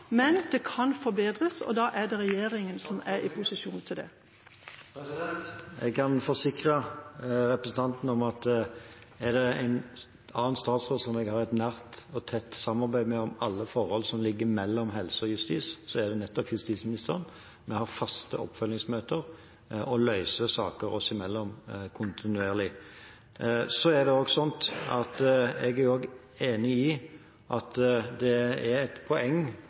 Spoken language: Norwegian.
men det kan forbedres, og da er det regjeringa som er i posisjon til det. Jeg kan forsikre representanten om at er det en annen statsråd som jeg har et nært og tett samarbeid med om alle forhold som ligger mellom helsefeltet og justisfeltet, så er det nettopp justisministeren. Vi har faste oppfølgingsmøter og løser saker oss imellom kontinuerlig. Så er jeg enig i at det er et poeng å ha felles soningsforhold for kvinner nettopp for å kunne gi kvinner et